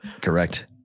correct